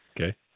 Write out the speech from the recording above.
Okay